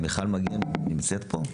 מיכל מגן נמצאת פה?